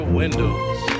windows